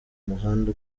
muhanda